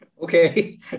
okay